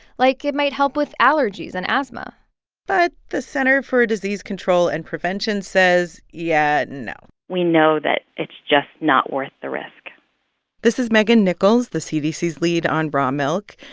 like it might help with allergies and asthma but the centers for disease control and prevention says, yeah, no we know that it's just not worth the risk this is megin nichols, the cdc's lead on raw milk.